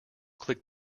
click